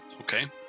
Okay